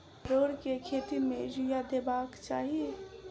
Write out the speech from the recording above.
परोर केँ खेत मे यूरिया देबाक चही?